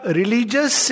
religious